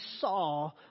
saw